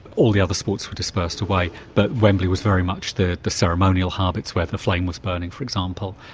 all the other sports were dispersed away, but wembley was very much the the ceremonial hub it's where the flame was burning, for example.